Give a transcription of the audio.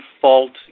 fault